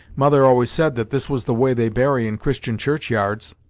mother always said that this was the way they bury in christian churchyards.